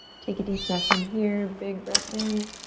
take a deep breath in here. big breath in.